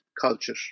culture